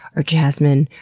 or jasmine,